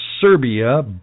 Serbia